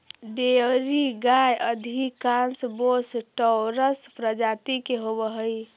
dairy गाय अधिकांश bos taurus प्रजाति के होवऽ हइ